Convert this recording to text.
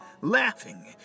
Laughing